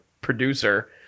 producer